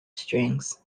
strings